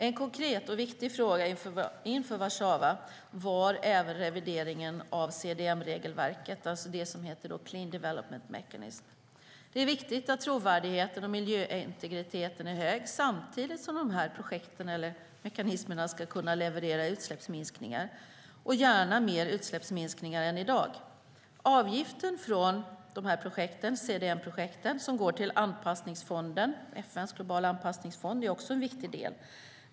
En konkret och viktig fråga inför Warszawa var även revideringen av CDM-regelverket, alltså regelverket för clean development mechanism. Det är viktigt att trovärdigheten och miljöintegriteten är hög samtidigt som dessa projekt ska kunna leverera utsläppsminskningar - och gärna mer utsläppsminskningar än i dag. Avgiften från CDM-projekten som går till FN:s globala anpassningsfond är också en viktig del.